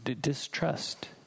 distrust